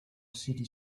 city